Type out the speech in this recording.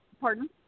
Pardon